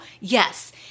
Yes